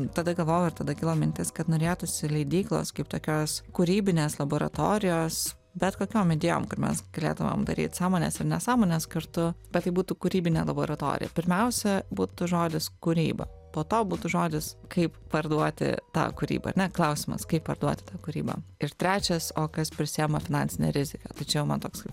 tada galvojau ir tada kilo mintis kad norėtųsi leidyklos kaip tokios kūrybinės laboratorijos bet kokiom idėjom kad mes galėtumėm daryt sąmones ir nesąmones kartu bet tai būtų kūrybinė laboratorija pirmiausia būtų žodis kūryba po to būtų žodis kaip parduoti tą kūrybą ar ne klausimas kaip parduoti tą kūrybą ir trečias o kas prisiima finansinę riziką tai čia jau man toks